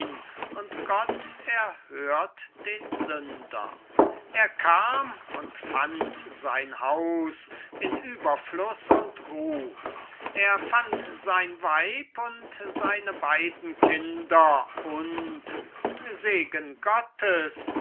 und gott erhört den sünder er kam und fand sein haus in überfluß und ruh er fand sein weib und seine beiden kinder und segen gottes